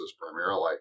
primarily